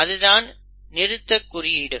அதுதான் நிறுத்தக் குறியீடுகள்